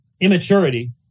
immaturity